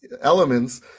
elements